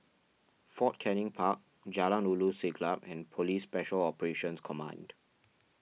Fort Canning Park Jalan Ulu Siglap and Police Special Operations Command